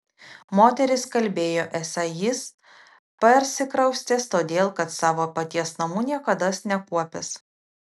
moterys kalbėjo esą jis persikraustęs todėl kad savo paties namų niekados nekuopęs